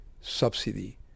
subsidy